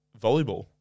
Volleyball